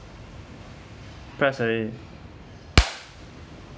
press already